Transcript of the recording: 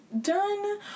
done